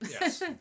Yes